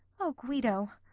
o guido,